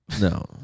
No